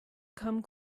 come